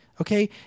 Okay